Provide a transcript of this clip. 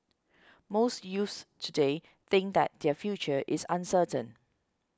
most youths today think that their future is uncertain